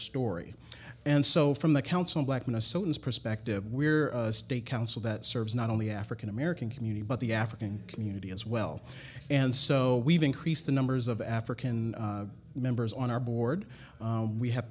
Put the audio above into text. story and so from the council black minnesotans perspective we're a state council that serves not only african american community but the african community as well and so we've increased the numbers of african members on our board we have